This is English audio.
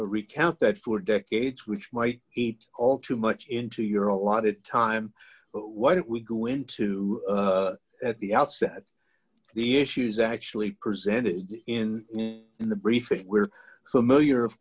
recount that for decades which might eat all too much into your allotted time but why don't we go into at the outset the issues actually presented in in the brief if we're familiar of